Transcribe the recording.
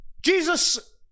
Jesus